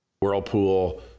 Whirlpool